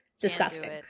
Disgusting